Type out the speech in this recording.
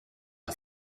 the